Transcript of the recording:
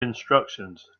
instructions